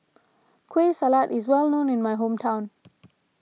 Kueh Salat is well known in my hometown